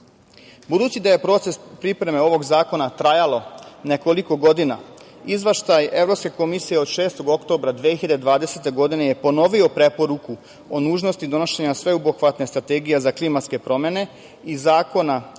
Budući da je proces pripreme ovog zakona trajao nekoliko godina, izveštaj Evropske komisije od 6. oktobra 2020. godine je ponovio preporuku o nužnosti donošenja sveobuhvatne strategije za klimatske promene i Zakona o